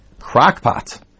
crockpot